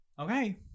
Okay